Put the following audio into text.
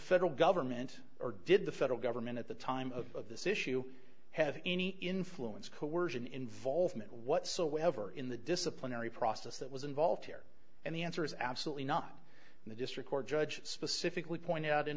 federal government or did the federal government at the time of this issue have any influence coersion involvement whatsoever in the disciplinary process that was involved here and the answer is absolutely not and the district court judge specifically pointed out in